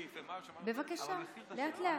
בבקשה, לאט-לאט.